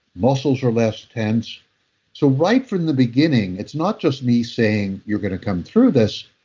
muscles are less tense so, right from the beginning, it's not just me saying, you're going to come through this,